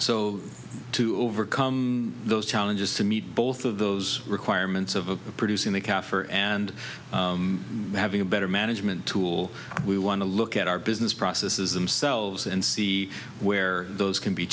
so to overcome those challenges to meet both of those requirements of producing the kaffir and having a better management tool we want to look at our business processes themselves and see where those can be